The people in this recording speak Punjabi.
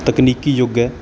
ਤਕਨੀਕੀ ਯੁੱਗ ਹੈ